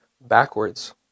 backwards